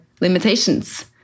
limitations